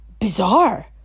bizarre